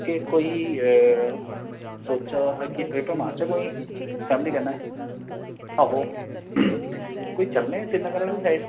केह् कोई सोचा दा हा कि ट्रिप मारचै कोई फैमिली कन्नै आहो कोई चलने श्रीनगर आह्ली साइड